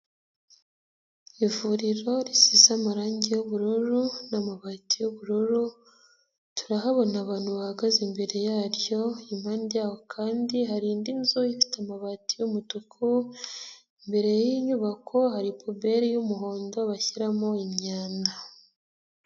Ivuriro risize amarangi y'ubururu n'amabati y'ubururu, turahabona abantu bahagaze imbere yaryo, impande yaho kandi hari indi nzu ifite amabati y'umutuku ,imbere y'inyubako hari puberi y'umuhondo bashyiramo imyanda.